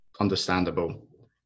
understandable